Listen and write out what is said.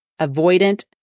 avoidant